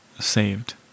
saved